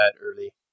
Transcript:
early